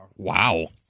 Wow